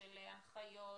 הנחיות,